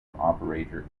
operator